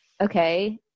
okay